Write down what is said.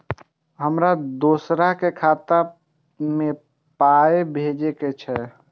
हमरा दोसराक खाता मे पाय भेजे के छै?